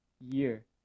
year